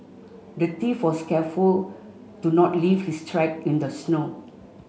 the thief was careful to not leave his track in the snow